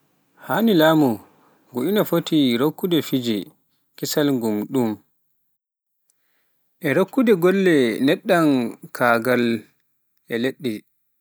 Laamu ngu ina foti rokkude peeje kisal ngam ɗuum, e rokkude golle neɗɗankaagal e leɗɗe.